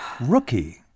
Rookie